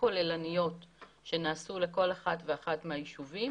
כוללניות שנעשו לכל אחד ואחד מהישובים,